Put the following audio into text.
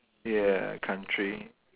ya country